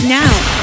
now